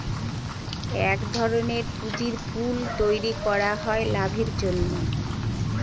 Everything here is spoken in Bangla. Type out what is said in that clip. এক ধরনের পুঁজির পুল তৈরী করা হয় লাভের জন্য